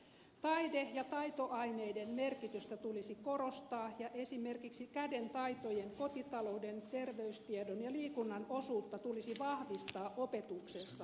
taide ja taitoaineiden merkitystä tulisi korostaa ja esimerkiksi kädentaitojen kotitalouden terveystiedon ja liikunnan osuutta tulisi vahvistaa opetuksessa